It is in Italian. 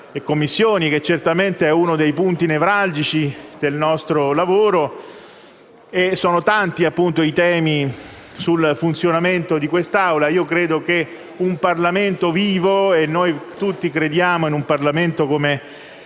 e Commissioni, che certamente è uno dei punti nevralgici del nostro lavoro e sono tanti i temi sul funzionamento di quest'Assemblea. Un Parlamento vivo - noi tutti crediamo in un Parlamento come